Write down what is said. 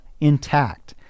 intact